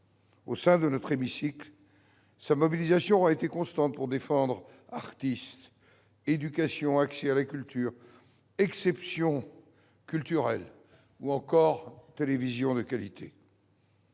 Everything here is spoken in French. Au sein de notre hémicycle, sa mobilisation aura été constante pour défendre artistes, éducation, accès à la culture, exception culturelle ou encore télévision de qualité.